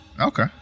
Okay